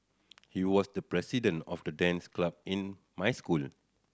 he was the president of the dance club in my school